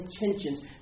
intentions